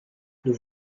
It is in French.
nous